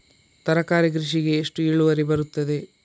ತರಕಾರಿ ಕೃಷಿಗೆ ಎಷ್ಟು ಇಳುವರಿ ಬರುತ್ತದೆ?